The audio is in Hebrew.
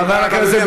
חבר הכנסת ביטן,